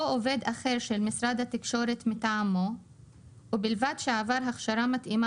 או עובד אחר של משרד התקשורת מטעמו ובלבד שעבר הכשרה מתאימה